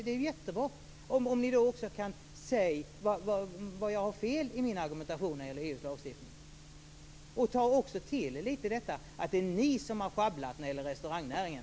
Det är jättebra om ni då också kan säga var jag har fel i min argumentation när det gäller Ta också till er att det är ni som har sjabblat när det gäller restaurangnäringen.